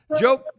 Joe